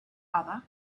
other